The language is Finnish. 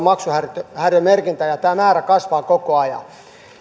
maksuhäiriömerkintä ja tämä määrä kasvaa koko ajan